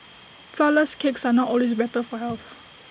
Flourless Cakes are not always better for health